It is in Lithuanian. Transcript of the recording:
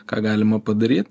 ką galima padaryt